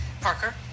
Parker